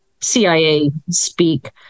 CIA-speak